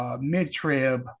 mid-trib